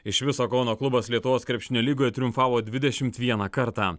iš viso kauno klubas lietuvos krepšinio lygoje triumfavo dvidešimt vieną kartą